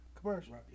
Commercial